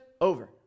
over